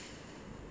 mm